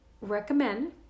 recommend